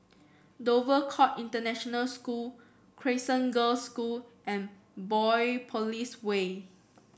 Dover Court International School Crescent Girls' School and Biopolis Way